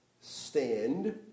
stand